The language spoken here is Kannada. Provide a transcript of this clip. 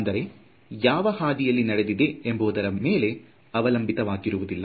ಅಂದರೆ ಯಾವ ಹಾದಿಯಲಿ ನಡೆದಿದೆ ಎಂಬುದರ ಮೇಲೆ ಅವಲಂಬಿತವಾಗಿರುವುದಿಲ್ಲ